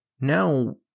now